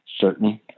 certain